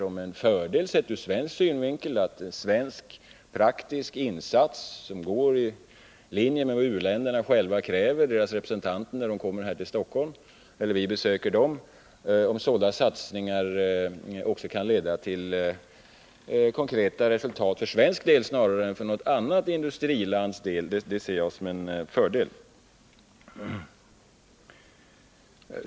Om en praktisk svensk insats, som går i linje med vad u-ländernas representanter själva kräver när de kommer hit till Stockholm eller när vi besöker dem, också kan leda till konkreta resultat för svensk del snarare än för något annat industrilands del, ser jag det tvärtom som en fördel.